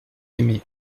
aimé